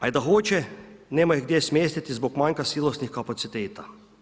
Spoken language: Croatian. A i da hoće, nema ih gdje smjestiti zbog manjka silosnih kapaciteta.